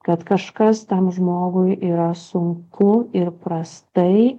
kad kažkas tam žmogui yra sunku ir prastai